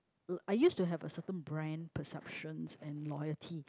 uh I used to have a certain brand perceptions and loyalty